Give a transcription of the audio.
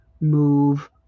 move